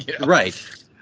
right